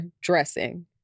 dressing